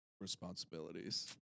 responsibilities